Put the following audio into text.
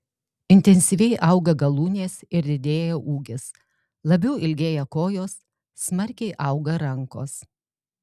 intensyviai auga galūnės ir didėja ūgis labiau ilgėja kojos smarkiai auga rankos